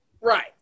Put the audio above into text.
right